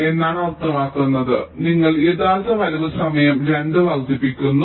എന്താണ് അർത്ഥമാക്കുന്നത് നിങ്ങൾ യഥാർത്ഥ വരവ് സമയം 2 വർദ്ധിപ്പിക്കുന്നു